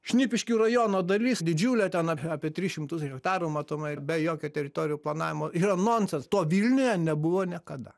šnipiškių rajono dalis didžiulė ten a apie tris šimtus hektarų matomai ir be jokio teritorijų planavimo yra nonsens to vilniuje nebuvo niekada